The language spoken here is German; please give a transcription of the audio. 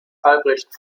albrecht